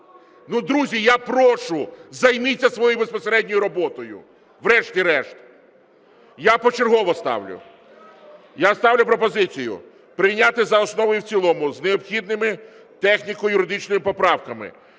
друзі, я прошу, займіться своєю безпосередньою роботою, врешті-решт. Я почергово ставлю. Я ставлю пропозицію прийняти за основу і в цілому з необхідними техніко-юридичними поправками